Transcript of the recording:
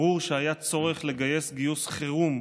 ברור שהיה צורך לגייס גיוס חירום,